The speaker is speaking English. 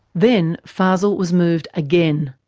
then fazel was moved again.